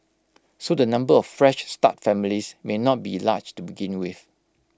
so the number of Fresh Start families may not be large to begin with